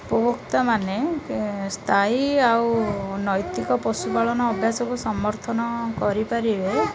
ଉପଭୋକ୍ତା ମାନେ ସ୍ଥାୟୀ ଆଉ ନୈତିକ ପଶୁପାଳନ ଅଭ୍ୟାସକୁ ସମର୍ଥନ କରିପାରିବେ